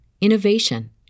innovation